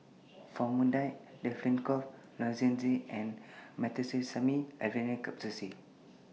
Famotidine Difflam Cough Lozenges and Meteospasmyl Alverine Capsules